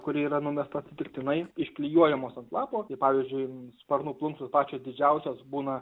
kuri yra numesta atsitiktinai išklijuojamos ant lapo pavyzdžiui sparnų plunksnos pačios didžiausios būna